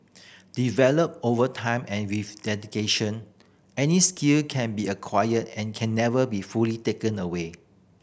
developed over time and with dedication any skill can be acquired and can never be fully taken away